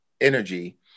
energy